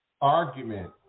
argument